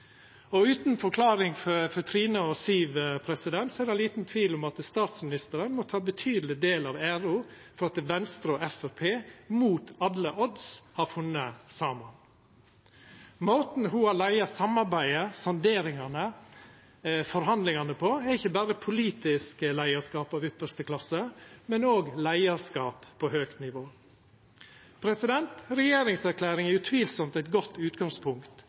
Og utan forkleining for Trine og Siv, er det liten tvil om at statsministeren må ta ein betydeleg del av æra for at Venstre og Framstegspartiet – mot alle odds – har funne saman. Måten ho har leia samarbeidet, sonderingane og forhandlingane på, er ikkje berre politisk leiarskap av ypparste klasse, men òg leiarskap på høgt nivå. Regjeringserklæringa er utvilsamt eit godt utgangspunkt.